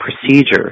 procedures